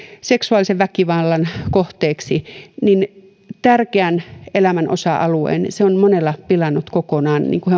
seksuaalisen väkivallan kohteeksi tärkeän elämän osa alueen se on pilannut kokonaan niin kuin